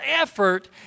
effort